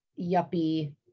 yuppie